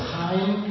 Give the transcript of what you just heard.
time